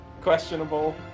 Questionable